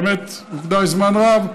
באמת זמן די רב,